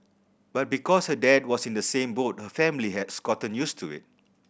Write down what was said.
but because her dad was in the same boat her family has gotten used to it